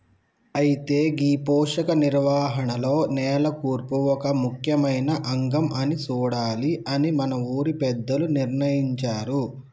అయితే గీ పోషక నిర్వహణలో నేల కూర్పు ఒక ముఖ్యమైన అంగం అని సూడాలి అని మన ఊరి పెద్దలు నిర్ణయించారు